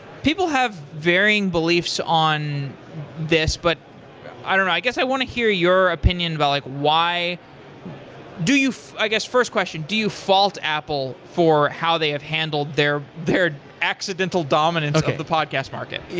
people have varying beliefs on this, but i guess i want to hear your opinion about like why do you i guess, first question do you fault apple for how they have handled their their accidental dominance of the podcast market?